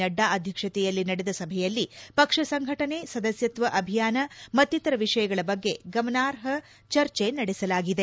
ನಡ್ಡಾ ಅಧ್ಯಕ್ಷತೆಯಲ್ಲಿ ನಡೆದ ಸಭೆಯಲ್ಲಿ ಪಕ್ಷ ಸಂಘಟನೆ ಸದಸ್ಯಕ್ಷ ಅಭಿಯಾನ ಮತ್ತಿತರ ವಿಷಯಗಳ ಬಗ್ಗೆ ಗಹನವಾದ ಚರ್ಚೆ ನಡೆಸಲಾಗಿದೆ